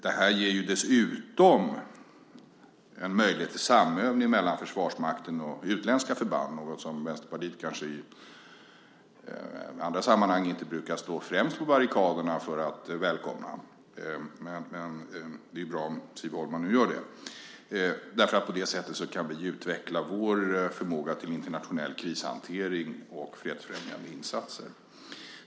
Det här ger dessutom möjlighet till samövning mellan Försvarsmakten och utländska förband, något som Vänsterpartiet kanske i andra sammanhang inte brukar stå främst på barrikaderna för att välkomna. Men det är bra om Siv Holma nu gör det. På det sättet kan vi utveckla vår förmåga till internationell krishantering och fredsfrämjande insatser.